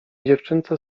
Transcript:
dziewczynce